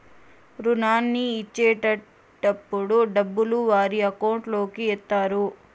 రుణాన్ని ఇచ్చేటటప్పుడు డబ్బులు వారి అకౌంట్ లోకి ఎత్తారు